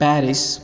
Paris